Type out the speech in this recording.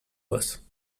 was